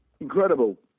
Incredible